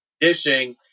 dishing